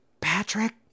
Patrick